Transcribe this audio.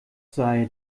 sei